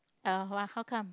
uh !wah! how come